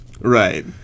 Right